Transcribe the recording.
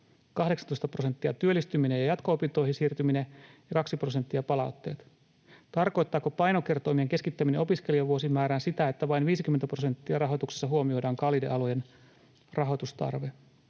18 prosenttia työllistyminen ja jatko-opintoihin siirtyminen, ja 2 prosenttia palautteet? Tarkoittaako painokertoimien keskittäminen opiskelijavuosimäärään sitä, että vain 50 prosentin rahoituksessa huomioidaan kalliiden alojen rahoitustarve.